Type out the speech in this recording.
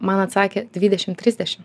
man atsakė dvidešim trisdešim